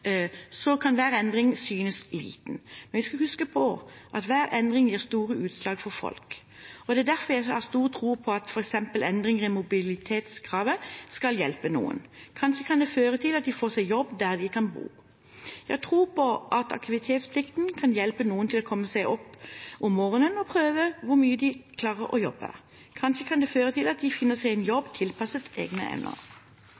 så stort som AAP, kan hver endring synes liten. Vi skal huske på at hver endring gir store utslag for folk. Det er derfor jeg har stor tro på at f.eks. endringer i mobilitetskravet skal hjelpe noen. Kanskje kan det føre til at de får seg jobb der de skal bo. Jeg har tro på at aktivitetsplikten kan hjelpe noen til å komme seg opp om morgenen – prøve hvor mye de klarer å jobbe. Kanskje kan det føre til at de finner seg en